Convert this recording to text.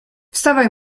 wstawaj